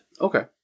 Okay